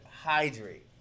Hydrate